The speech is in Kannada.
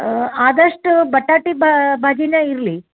ಹಾಂ ಆದಷ್ಟು ಬಟಾಟೆ ಭಾಜಿನೇ ಇರಲಿ